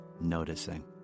noticing